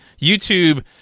YouTube